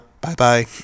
Bye-bye